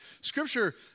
scripture